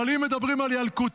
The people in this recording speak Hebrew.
אבל אם מדברים על ילקוטים,